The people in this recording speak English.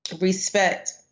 respect